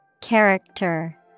Character